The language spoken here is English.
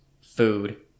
food